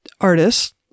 artists